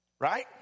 right